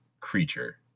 creature